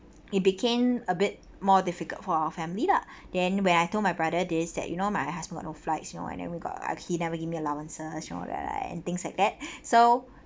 it became a bit more difficult for our family lah then when I told my brother this you know that my husband got no flights you know I never got a he never give me allowance and all that right and things like that so